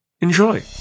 Enjoy